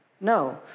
No